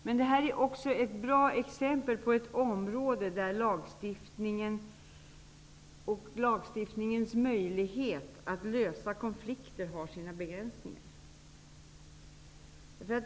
Men det här är samtidigt ett bra exempel på ett område där lagstiftningen, möjligheterna att lagstiftningsvägen lösa konflikter, har sina begränsningar.